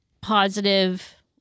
positive